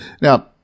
Now